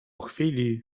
chwili